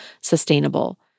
sustainable